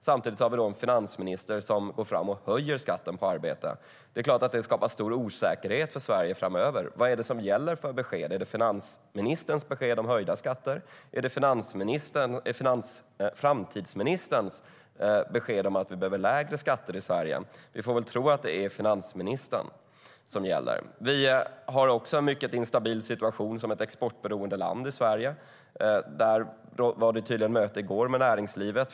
Samtidigt har vi en finansminister som går fram och höjer skatten på arbete. Det är klart att det skapar stor osäkerhet för Sverige framöver. Vad är det som gäller som besked? Är det finansministerns besked om höjda skatter? Är det framtidsministerns besked om att vi behöver lägre skatter i Sverige? Vi får väl tro att det är finansministerns besked som gäller. Vi har en mycket instabil situation i Sverige som ett exportberoende land. Där var det tydligen i går möte med näringslivet.